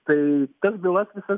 tai tas bylas visas